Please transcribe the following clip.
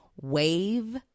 Wave